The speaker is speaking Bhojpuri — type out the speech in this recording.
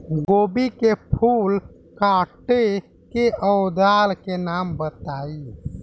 गोभी के फूल काटे के औज़ार के नाम बताई?